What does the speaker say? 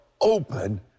open